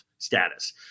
Status